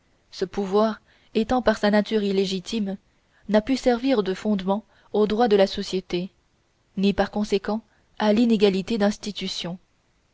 ce pouvoir étant par sa nature illégitime n'a pu servir de fondement aux droits de la société ni par conséquent à l'inégalité d'institution